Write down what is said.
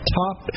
top